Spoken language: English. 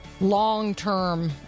long-term